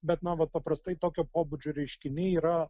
bet na vat paprastai tokio pobūdžio reiškiniai yra